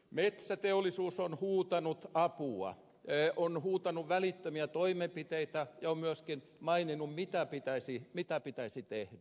metsäteollisuus on huutanut apua on huutanut välittömiä toimenpiteitä ja on myöskin maininnut mitä pitäisi tehdä